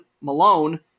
Malone